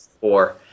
four